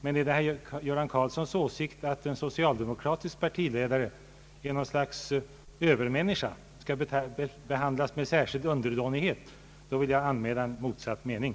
Men om herr Göran Karlsson har den åsikten, att en socialdemokratisk partiledare är en sorts övermänniska och skall behandlas med särskild underdånighet, vill jag anmäla motsatt mening.